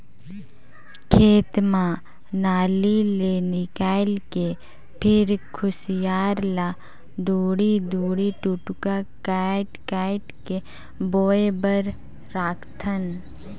खेत म नाली ले निकायल के फिर खुसियार ल दूढ़ी दूढ़ी टुकड़ा कायट कायट के बोए बर राखथन